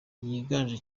yiganje